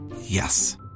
Yes